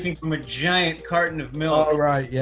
from a giant carton of milk. oh, right. yeah,